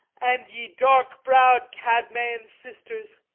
and ye dark-browed cadmeian sisters!